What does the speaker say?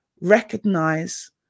recognize